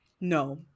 No